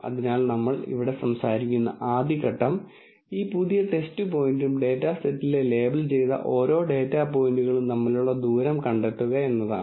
അതിനാൽ നമ്മൾ ഇവിടെ സംസാരിക്കുന്ന ആദ്യ ഘട്ടം ഈ പുതിയ ടെസ്റ്റ് പോയിന്റും ഡാറ്റാ സെറ്റിലെ ലേബൽ ചെയ്ത ഓരോ ഡാറ്റാ പോയിന്റുകളും തമ്മിലുള്ള ദൂരം കണ്ടെത്തുക എന്നതാണ്